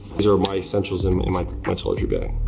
these are my essentials and in my toiletry bag.